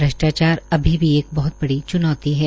भ्रष्टाचार अभी भी एक बहृत बड़ी च्नौती है